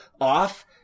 off